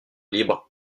libres